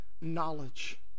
knowledge